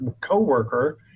coworker